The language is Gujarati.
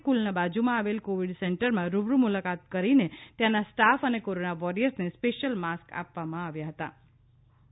સ્ફૂલના બાજુમાં આવેલા કોવીડ સેન્ટરમાં રૂબરૂ મુલાકાત કરીને ત્યાંના સ્ટાફ અને કોરોના વોરીયર્સને સ્પેશિયલ માસ્ક આપવામાં આવેલ